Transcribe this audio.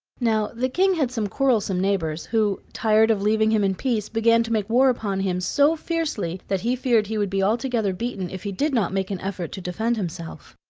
now, the king had some quarrelsome neighbors, who, tired of leaving him in peace, began to make war upon him so fiercely that he feared he would be altogether beaten if he did not make an effort to defend himself.